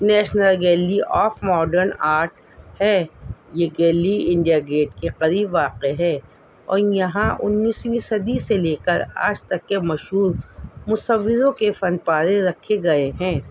national gallery of modern art ہے یہ gallery India gate کے قریب واقع ہے اور یہاں انیسویں صدی سے لے کر آج تک کے مشہور مصوروں کے فن پارے رکھے گئے ہیں